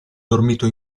dormito